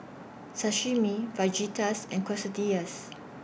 Sashimi Fajitas and Quesadillas